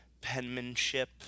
penmanship